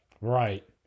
Right